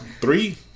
three